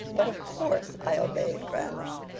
but of course i obeyed grandma.